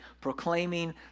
proclaiming